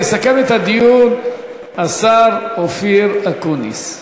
יסכם את הדיון השר אופיר אקוניס.